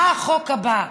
מה החוק הבא?